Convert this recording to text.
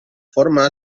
forma